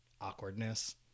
awkwardness